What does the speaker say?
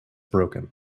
broken